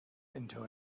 into